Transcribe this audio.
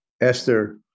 Esther